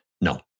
No